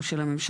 הוא של הממשלה,